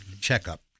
checkup